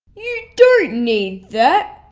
don't need that!